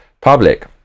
public